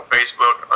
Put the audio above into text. Facebook